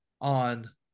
on